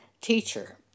teacher